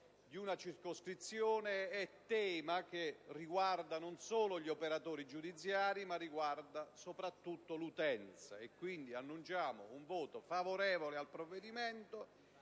di una circoscrizione è tema che riguarda non solo gli operatori giudiziari ma soprattutto l'utenza. Quindi, annunciamo voto favorevole al provvedimento